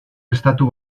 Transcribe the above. estatu